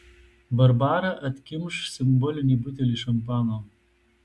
barbara atkimš simbolinį butelį šampano